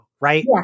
right